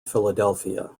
philadelphia